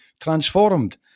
transformed